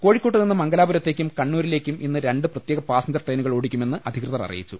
കോഴിക്കോട്ടുനിന്ന് മംഗലാപുരത്തേക്കും കണ്ണൂരിലേക്കും ഇന്ന് രണ്ട് പ്രത്യേക പാസഞ്ചർ ട്രെയിനുകൾ ഓടിക്കുമെന്ന് അധി കൃതർ അറിയിച്ചു